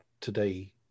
today